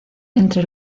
entre